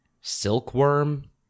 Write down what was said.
Silkworm